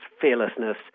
fearlessness